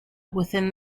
within